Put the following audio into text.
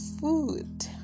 food